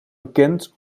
bekent